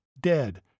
dead